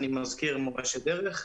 אני מזכיר "מורשת דרך".